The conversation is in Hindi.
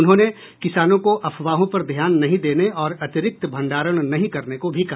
उन्होंने किसानों को अफवाहों पर ध्यान नहीं देने और अतिरिक्त भण्डारण नहीं करने को भी कहा